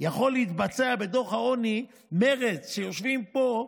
יכול להתבצע בדוח העוני, מרצ, שיושבים פה,